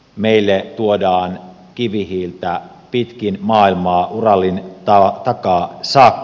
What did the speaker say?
meille tuodaan kivihiiltä pitkin maailmaa uralin takaa saakka